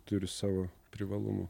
turi savo privalumų